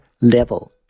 level